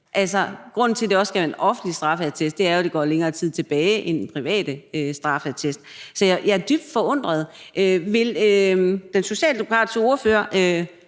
Grunden til, at det også skal være en offentlig straffeattest, er jo altså, at den går længere tid tilbage end den private straffeattest. Så jeg er dybt forundret. Vil den socialdemokratiske ordfører